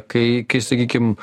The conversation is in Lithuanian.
kai kai sakykim